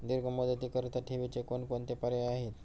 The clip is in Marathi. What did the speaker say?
दीर्घ मुदतीकरीता ठेवीचे कोणकोणते पर्याय आहेत?